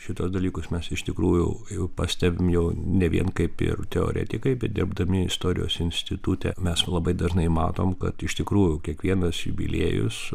šituos dalykus mes iš tikrųjų jau pastebim jau ne vien kaip ir teoretikai bedirbdami istorijos institute mes labai dažnai matom kad iš tikrųjų kiekvienas jubiliejus